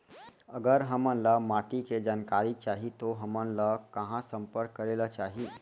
अगर हमन ला माटी के जानकारी चाही तो हमन ला कहाँ संपर्क करे ला चाही?